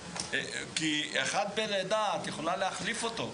כי מישהי שהיא בחופשת לידה, אפשר להחליף אותה.